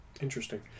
Interesting